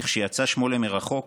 לכשיצא שמו למרחוק,